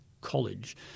college